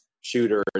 shooter